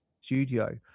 studio